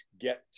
get